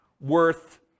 worth